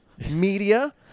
Media